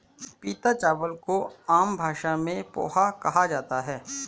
पीटा चावल को आम भाषा में पोहा कहा जाता है